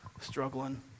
struggling